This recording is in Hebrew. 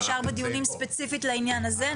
דיונים ספציפיים לעניין הזה.